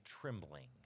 trembling